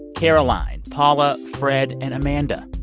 caroline, paula, fred and amanda.